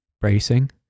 Bracing